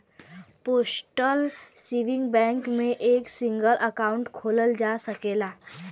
postal saving bank में एक single account खोलल जा सकला